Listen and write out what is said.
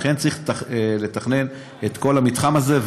לכן צריך לתכנן את כל המתחם הזה,